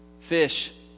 Fish